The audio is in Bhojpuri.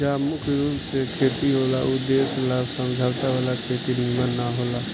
जहा मुख्य रूप से खेती होला ऊ देश ला समझौता वाला खेती निमन न होला